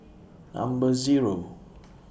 Number Zero